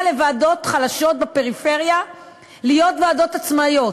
לוועדות חלשות בפריפריה להיות ועדות עצמאיות,